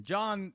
John